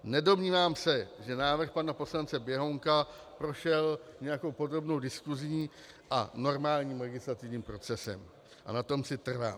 Nedomnívám se, že návrh pana poslance Běhounka prošel nějakou podrobnou diskusí a normálním legislativním procesem, a na tom si trvám.